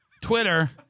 Twitter